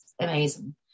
amazing